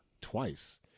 twice